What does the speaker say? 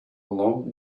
long